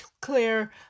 clear